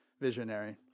visionary